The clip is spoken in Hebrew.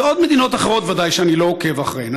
ועוד מדינות אחרות שוודאי אני לא עוקב אחריהן.